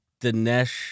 Dinesh